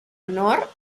honor